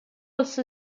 also